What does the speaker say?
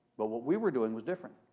but, what we were doing was different.